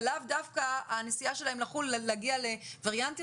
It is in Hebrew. ולאו דווקא הנסיעה שלהם לחו"ל להגיע לווריאנטים